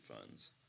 funds